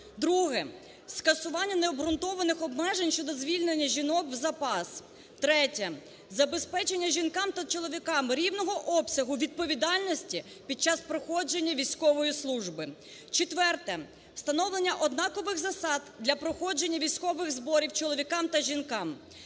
- скасування необґрунтованих обмежень щодо звільнення жінок в запас; третє - забезпечення жінкам та чоловікам рівного обсягу відповідальності під час проходження військової служби; четверте - встановлення однакових засад для проходження військових зборів чоловікам та жінкам.